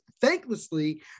thanklessly